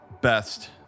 best